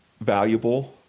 valuable